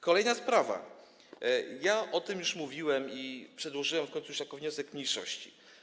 Kolejna sprawa, już o tym mówiłem i przedłożyłem w końcu jako wniosek mniejszości.